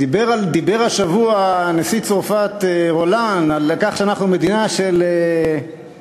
דיבר השבוע נשיא צרפת הולנד על כך שאנחנו מדינה של סטרט-אפ.